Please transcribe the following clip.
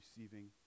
receiving